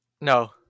No